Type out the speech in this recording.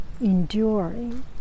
enduring